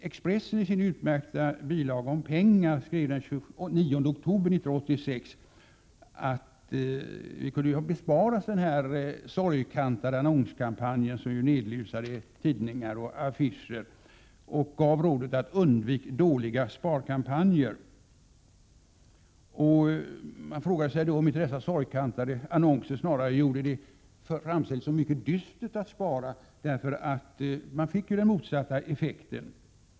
Expressen skrev den 29 oktober 1986 i sin utmärkta bilaga om pengar att vi kunde ha besparats den här sorgkantade annonskampanjen som nerlusade tidningarna och gav rådet: Undvik dåliga sparkampanjer! Man frågar sig om inte dessa sorgkantade annonser snarare framställde det som mycket dystert att spara, för de fick ju den motsatta effekten.